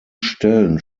stellen